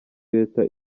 leta